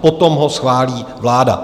Potom ho schválí vláda.